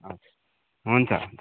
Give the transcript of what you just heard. हजुर हुन्छ